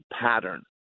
pattern